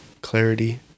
Clarity